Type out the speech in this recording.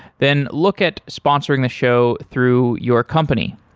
then look at sponsoring the show through your company.